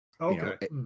Okay